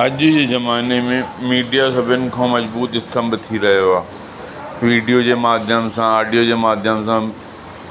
अॼु जे ज़माने में मीडिया सभिनि खां मजबूत स्तंभ थी रहियो आहे वीडियो जे माध्यम सां आडियो जे माध्यम सां